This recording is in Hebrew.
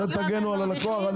אני בעד שתגנו על הלקוח.